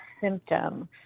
symptom